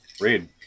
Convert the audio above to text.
Read